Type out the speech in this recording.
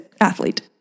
athlete